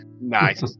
Nice